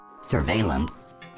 surveillance